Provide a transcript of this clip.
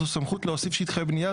זו סמכות להוסיף שטחי בניה,